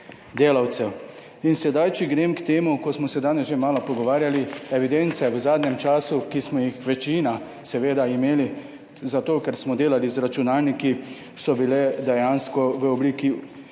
In sedaj, če grem k temu, ko smo se danes že malo pogovarjali, evidence v zadnjem času, ki smo jih večina seveda imeli zato, ker smo delali z računalniki, so bile dejansko v obliki